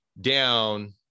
down